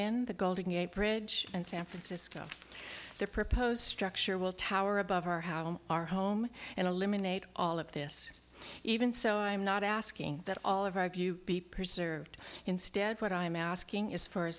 an the golden gate bridge and san francisco the proposed structure will tower above our house our home and eliminate all of this even so i'm not asking that all of our view be preserved instead what i'm asking is for a